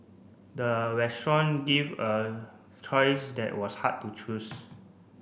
the restaurant give a choice that was hard to choose